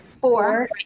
four